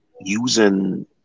using